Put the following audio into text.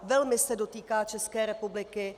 Velmi se dotýká České republiky.